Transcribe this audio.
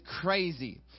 crazy